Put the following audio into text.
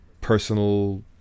personal